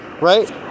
right